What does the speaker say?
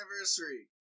anniversary